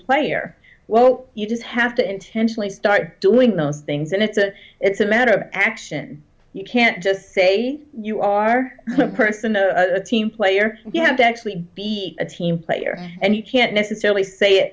player well you just have to intentionally start doing those things and it's a it's a matter of action you can't just say you are person a team player you have to actually beat a team player and you can't necessarily say